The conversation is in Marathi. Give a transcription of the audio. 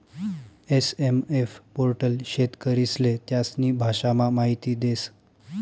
एस.एम.एफ पोर्टल शेतकरीस्ले त्यास्नी भाषामा माहिती देस